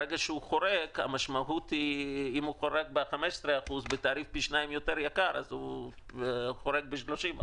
ברגע שהוא חורג ב-15% בתעריף פי שניים יותר יקר אז הוא חורג ב-30%.